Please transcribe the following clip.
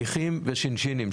שליחים ושינשינים.